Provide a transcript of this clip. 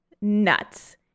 nuts